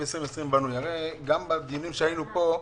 הרי גם בדיונים שקיימנו פה,